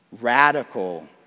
Radical